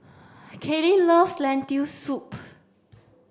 Kaylynn loves Lentil soup